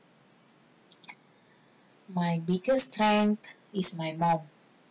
my biggest strength is my mum